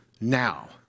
now